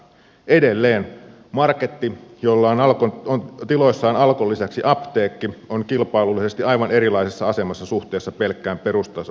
edelleen marketti jolla on tiloissaan alkon lisäksi apteekki on kilpailullisesti aivan erilaisessa asemassa suhteessa pelkkään perustason vähittäistavaramarkettiin